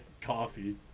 coffee